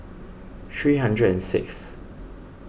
three hundred and sixth